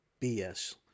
BS